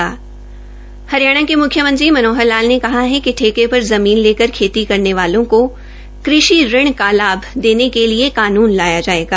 हरियाणा के मुख्यमंत्री मनोहर लाल ने कहा है कि ठेके पर जमीन लेकर खेती करने वालों को कृषि ऋण का लाभ देने के लिए कानून लाया जायेगा